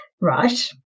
Right